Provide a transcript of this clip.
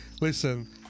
listen